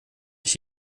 ich